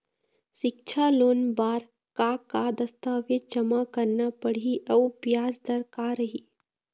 सिक्छा लोन बार का का दस्तावेज जमा करना पढ़ही अउ ब्याज दर का रही?